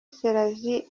selassie